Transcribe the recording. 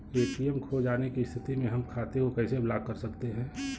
ATM खो जाने की स्थिति में हम खाते को कैसे ब्लॉक कर सकते हैं?